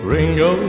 Ringo